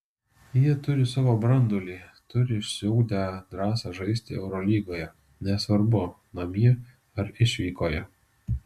jie turi savo branduolį turi išsiugdę drąsą žaisti eurolygoje nesvarbu namie ar išvykoje